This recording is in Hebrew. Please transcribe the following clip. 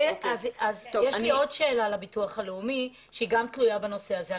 יש לי עוד שאלה לביטוח הלאומי שהיא תלויה בנושא הזה.